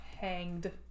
hanged